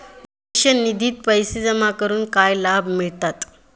भविष्य निधित पैसे जमा करून काय लाभ मिळतात?